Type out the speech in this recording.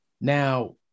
Now